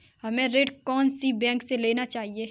हमें ऋण कौन सी बैंक से लेना चाहिए?